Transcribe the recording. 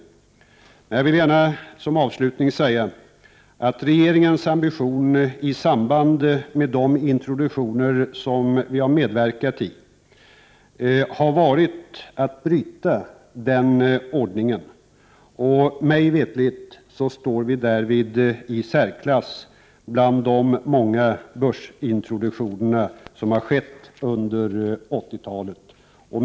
Avslutningsvis vill jag gärna säga att regeringens ambition i samband med de introduktioner som vi har medverkat i har varit att bryta den ordningen, och mig veterligt står vi därvid i särklass när det gäller de många börsintroduktioner som har skett under 80-talet.